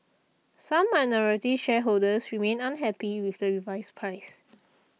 some minority shareholders remain unhappy with the revised price